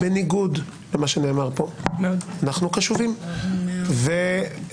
בניגוד למה שנאמר פה אנחנו קשובים, מקשיבים.